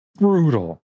brutal